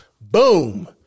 Boom